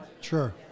Sure